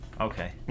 Okay